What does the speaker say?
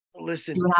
Listen